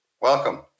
Welcome